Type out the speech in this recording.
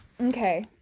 Okay